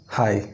hi